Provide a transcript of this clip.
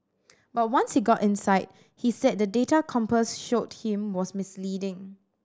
but once he got inside he said the data Compass showed him was misleading